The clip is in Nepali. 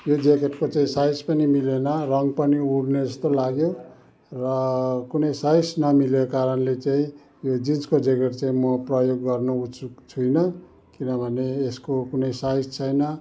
त्यो ज्याकेटको चाहिँ साइज पनि मिलेन रङ्ग पनि उडने जस्तो लाग्यो र कुनै साइज नमिलेको कारणले चाहिँ यो जिन्सको ज्याकेट चाहिँ म प्रयोग गर्नु उचित छुइनँ किनभने यसको कुनै साइज छैन